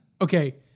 Okay